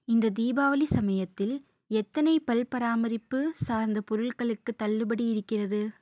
இந்த தீபாவளி சமயத்தில் எத்தனை பல் பராமரிப்பு சார்ந்த பொருள்களுக்கு தள்ளுபடி இருக்கிறது